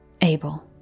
Abel